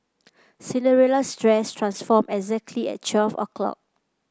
Cinderella's dress transformed exactly at twelve o'clock